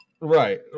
right